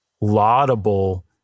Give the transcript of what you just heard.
laudable